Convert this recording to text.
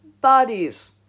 bodies